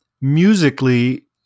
musically